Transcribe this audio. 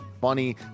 funny